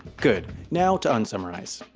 good, now to unsummarize.